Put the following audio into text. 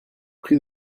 prie